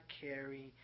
carry